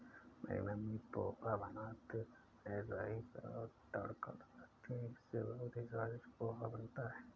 मेरी मम्मी पोहा बनाते समय राई का तड़का लगाती हैं इससे बहुत ही स्वादिष्ट पोहा बनता है